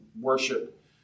worship